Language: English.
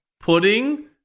Pudding